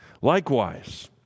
Likewise